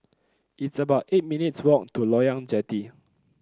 it's about eight minutes' walk to Loyang Jetty